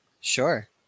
Sure